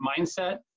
mindset